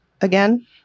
again